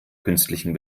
künstlichen